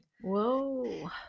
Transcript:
whoa